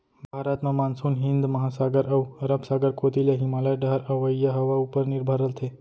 भारत म मानसून हिंद महासागर अउ अरब सागर कोती ले हिमालय डहर अवइया हवा उपर निरभर रथे